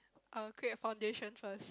I will create a foundation first